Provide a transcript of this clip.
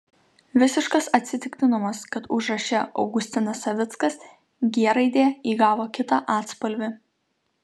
visiškas atsitiktinumas kad užraše augustinas savickas g raidė įgavo kitą atspalvį